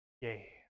Yay